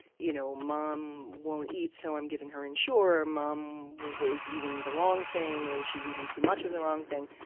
you know mom won't eat, so i'm giving her ensure. mom was eating the wrong thing. and she's eating too much of the wrong thing.